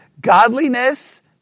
Godliness